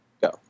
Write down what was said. Go